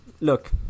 Look